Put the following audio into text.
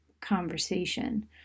conversation